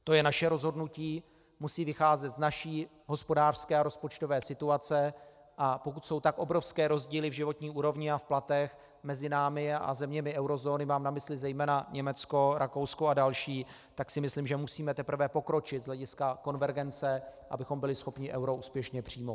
To je naše rozhodnutí, musí vycházet z naší hospodářské a rozpočtové situace, a pokud jsou tak obrovské rozdíly v životní úrovni a v platech mezi námi a zeměmi eurozóny, mám na mysli zejména Německo, Rakousko a další, tak si myslím, že musíme teprve pokročit z hlediska konvergence, abychom byli schopni euro úspěšně přijmout.